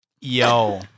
yo